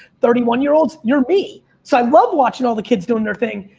thirty one year olds, you're me. so i love watching all the kids doing their thing,